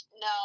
No